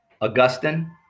augustine